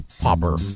popper